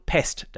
Pest